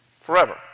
Forever